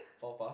faux pas